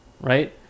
Right